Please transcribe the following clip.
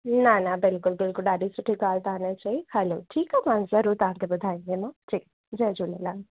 न न बिल्कुलु बिल्कुलु ॾाढी सुठी ॻाल्हि तव्हां ने चई हलो ठीकु आहे मां ज़रूरु तव्हांखे ॿुधाए ईंदमि जी जय झूलेलाल